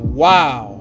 wow